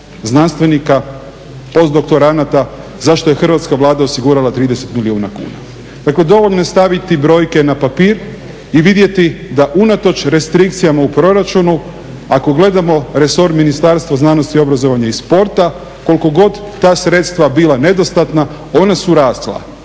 znanstvenika, postdoktoranata, za što je Hrvatska Vlada osigurala 30 milijuna kuna. Dakle dovoljno je staviti brojke na papir i vidjeti da unatoč restrikcijama proračunu ako gledamo resor Ministarstva znanosti, obrazovanja i sporta, koliko god ta sredstva bila nedostatna ona su rasla